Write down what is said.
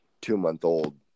two-month-old